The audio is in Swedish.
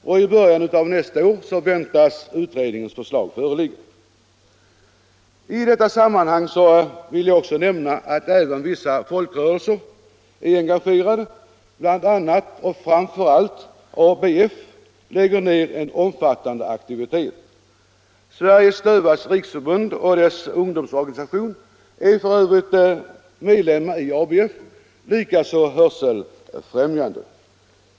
I början av nästa år väntas utredningens förslag föreligga. Nr 29 I detta sammanhang vill jag också nämna att även vissa folkrörelser Onsdagen den är engagerade, bl.a. och framför allt ABF, som lägger ner en omfattande 26 november 1975 aktivitet. Sveriges dövas riksförbund och dess ungdomsorganisation är — för övrigt medlemmar i ABF, likaså Hörselfrämjandet.